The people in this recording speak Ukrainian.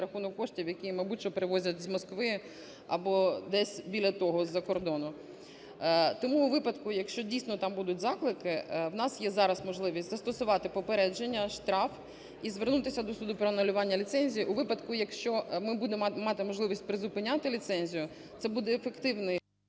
рахунок коштів, які, мабуть що, привозять з Москви або десь біля того з-за кордону. Тому у випадку, якщо, дійсно, там будуть заклики, у нас є зараз можливість застосувати попередження, штраф і звернутися до суду про анулювання ліцензії. У випадку, якщо ми будемо мати можливість призупиняти ліцензію, це буде ефективний…